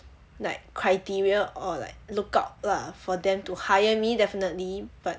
like criteria or like lookout lah for them to hire me definitely but